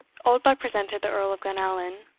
oldbuck presented the earl of glenallan,